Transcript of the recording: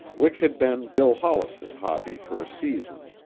which had been bill hollis's hobby for a season.